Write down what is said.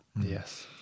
Yes